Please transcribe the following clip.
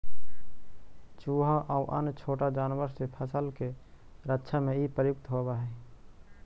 चुहा आउ अन्य छोटा जानवर से फसल के रक्षा में इ प्रयुक्त होवऽ हई